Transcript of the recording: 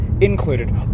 included